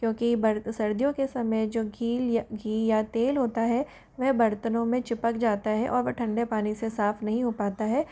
क्योंकि बर सर्दियों के समय जो घील या घी या तेल होता है वह बर्तनों में चिपक जाता है और वह ठंडे पानी से साफ़ नहीं हो पाता है